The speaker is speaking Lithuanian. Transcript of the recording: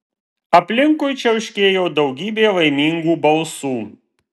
aplinkui čiauškėjo daugybė laimingų balsų